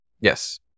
Yes